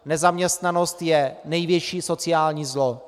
Nezaměstnanost je největší sociální zlo.